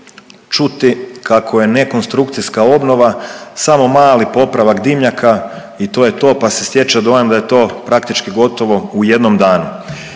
čuti kako je nekonstrukcijska obnova samo mali popravak dimnjaka i to je to pa se stječe dojam da je to praktički gotovo u jednom danu.